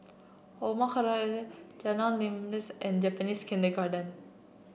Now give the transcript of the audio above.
Omar Khayyam Jalan Limau and Japanese Kindergarten